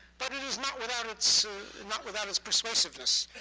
but it is not without it's not without its persuasiveness.